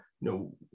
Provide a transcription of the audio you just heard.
No